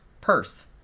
purse